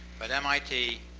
but mit,